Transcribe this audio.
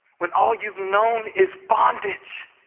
when all you've known is bondage,